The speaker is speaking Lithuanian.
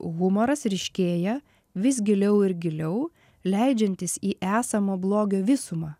humoras ryškėja vis giliau ir giliau leidžiantis į esamo blogio visumą